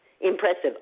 impressive